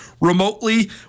remotely